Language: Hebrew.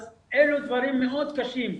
אז אלה דברים מאוד קשים.